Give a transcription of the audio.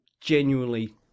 genuinely